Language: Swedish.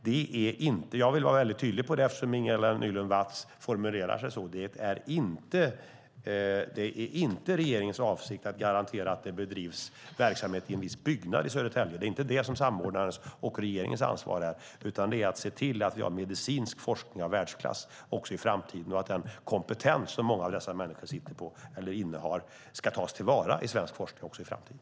Det är inte - jag vill vara väldigt tydlig med det, eftersom Ingela Nylund Watz formulerar sig på det sättet - regeringens avsikt att garantera att det bedrivs verksamhet i en viss byggnad i Södertälje. Det är inte det som är samordnarens och regeringens ansvar, utan det är att se till att vi har medicinsk forskning av världsklass också i framtiden och att den kompetens som många av dessa människor innehar ska tas till vara i svensk forskning också i framtiden.